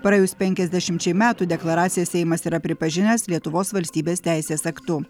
praėjus penkiasdešimčiai metų deklaraciją seimas yra pripažinęs lietuvos valstybės teisės aktu